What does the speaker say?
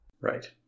Right